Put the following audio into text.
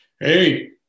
hey